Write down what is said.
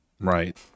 Right